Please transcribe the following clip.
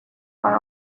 are